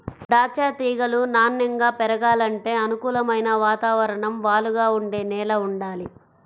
దాచ్చా తీగలు నాన్నెంగా పెరగాలంటే అనుకూలమైన వాతావరణం, వాలుగా ఉండే నేల వుండాలి